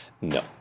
No